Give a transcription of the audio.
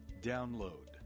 download